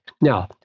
Now